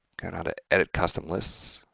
and to edit custom lists,